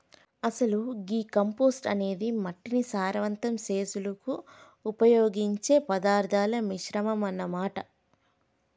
అసలు గీ కంపోస్టు అనేది మట్టిని సారవంతం సెసులుకు ఉపయోగించే పదార్థాల మిశ్రమం అన్న మాట